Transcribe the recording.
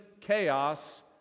chaos